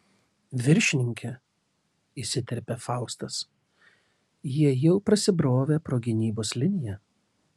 viršininke įsiterpė faustas jie jau prasibrovė pro gynybos liniją